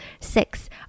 Six